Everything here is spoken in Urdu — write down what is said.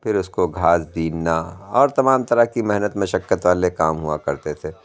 پھر اُس کو گھاس بیننا اور تمام طرح کی محنت مشقت والے کام ہُوا کرتے تھے